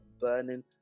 burning